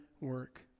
work